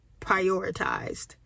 prioritized